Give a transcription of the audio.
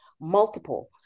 multiple